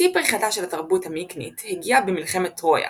שיא פריחתה של התרבות המיקנית הגיע במלחמת טרויה,